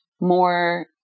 more